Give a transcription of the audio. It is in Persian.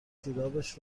جورابش